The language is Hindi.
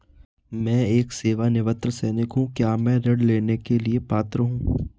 मैं एक सेवानिवृत्त सैनिक हूँ क्या मैं ऋण लेने के लिए पात्र हूँ?